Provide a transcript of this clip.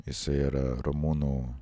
jisai yra rumunų